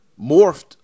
morphed